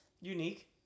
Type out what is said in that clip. unique